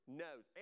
knows